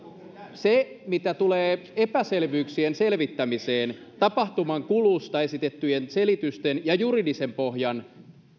se mitä tulee epäselvyyksien selvittämiseen tapahtuman kulusta esitettyjen selitysten ja juridisen pohjan